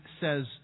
says